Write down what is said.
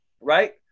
right